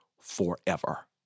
forever